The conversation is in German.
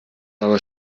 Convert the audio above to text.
aber